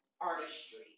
artistry